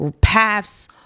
paths